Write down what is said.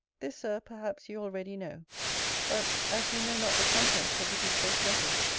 this, sir, perhaps you already know but, as you know not the contents of the disgraced letters,